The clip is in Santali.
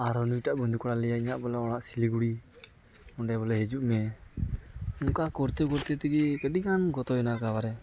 ᱟᱨᱚ ᱱᱩᱴᱟᱜ ᱵᱩᱱᱫᱷᱩ ᱠᱚᱲᱟᱭ ᱞᱟᱹᱭᱟᱭ ᱤᱧᱟᱹᱜ ᱵᱚᱞᱮ ᱚᱲᱟᱜ ᱥᱤᱞᱤᱜᱩᱲᱤ ᱚᱸᱰᱮ ᱵᱚᱞᱮ ᱦᱤᱡᱩᱜ ᱢᱮ ᱚᱱᱠᱟ ᱠᱚᱨᱛᱮ ᱠᱚᱨᱛᱮ ᱛᱮᱜᱮ ᱟᱹᱰᱤᱜᱟᱱ ᱜᱚᱛᱚᱭᱮᱱᱟ ᱮᱠᱮᱵᱟᱨᱮ